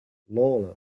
lawler